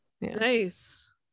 nice